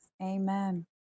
amen